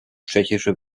tschechische